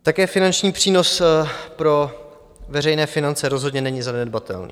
Také finanční přínos pro veřejné finance rozhodně není zanedbatelný.